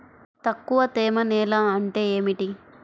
తక్కువ తేమ నేల అంటే ఏమిటి?